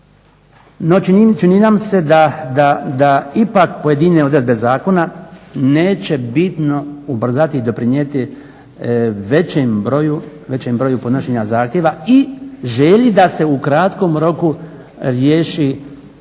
No čini nam se da ipak pojedine odredbe zakona neće bitno ubrzati i doprinijeti većem broju podnošenja zahtjeva i želji da se u kratkom roku riješi